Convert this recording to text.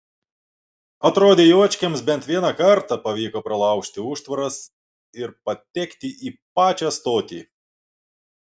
atrodė juočkiams bent vieną kartą pavyko pralaužti užtvaras ir patekti į pačią stotį